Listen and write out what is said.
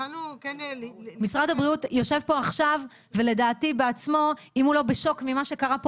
משרד הבריאות יושב פה עכשיו ולדעתי בעצמו אם הוא לא בשוק ממה שקרה פה